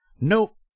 Nope